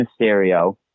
Mysterio